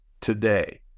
today